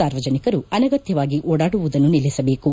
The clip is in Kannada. ಸಾರ್ವಜನಿಕರು ಅನಗತ್ಯವಾಗಿ ಓಡಾಡುವುದನ್ನು ನಿಲ್ಲಿಸಬೇಕು